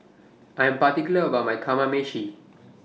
I Am particular about My Kamameshi